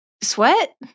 sweat